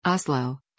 Oslo